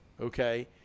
okay